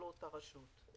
זאת לא אותה רשות.